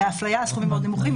בהפליה הסכומים מאוד נמוכים.